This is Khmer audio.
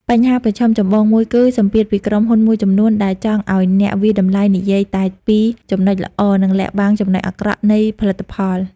បញ្ហាប្រឈមចម្បងមួយគឺសម្ពាធពីក្រុមហ៊ុនមួយចំនួនដែលចង់ឱ្យអ្នកវាយតម្លៃនិយាយតែពីចំណុចល្អ និងលាក់បាំងចំណុចអាក្រក់នៃផលិតផល។